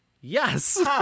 yes